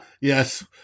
Yes